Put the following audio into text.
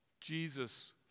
Jesus